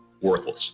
worthless